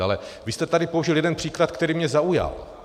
Ale vy jste tady použil jeden příklad, který mě zaujal.